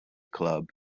club